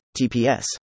TPS